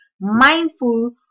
Mindful